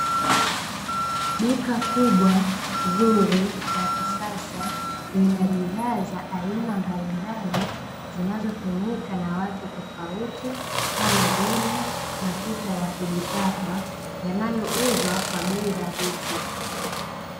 Duka kubwa zuri la kisasa lina bidhaa za aina mbalimbali zinazo tumika na watu tofauti, kama vile mafuta ya kujipaka yanayo uzwa kwa bei rahisi.